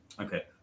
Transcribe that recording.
okay